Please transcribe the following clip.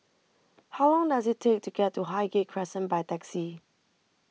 How Long Does IT Take to get to Highgate Crescent By Taxi